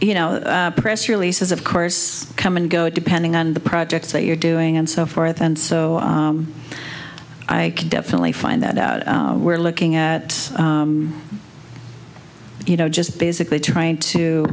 you know press releases of course come and go depending on the projects that you're doing and so forth and so i can definitely find that out we're looking at you know just basically trying to